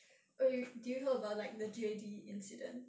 oh you did you heard about like the J D incident